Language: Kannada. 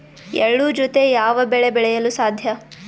ಎಳ್ಳು ಜೂತೆ ಯಾವ ಬೆಳೆ ಬೆಳೆಯಲು ಸಾಧ್ಯ?